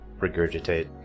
regurgitate